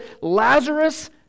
Lazarus